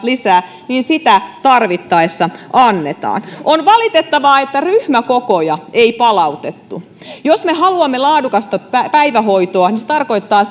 lisää niin sitä tarvittaessa annetaan on valitettavaa että ryhmäkokoja ei palautettu jos me haluamme laadukasta päivähoitoa se tarkoittaa